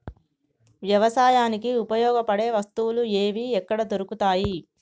వ్యవసాయానికి ఉపయోగపడే వస్తువులు ఏవి ఎక్కడ దొరుకుతాయి?